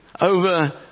Over